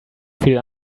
feel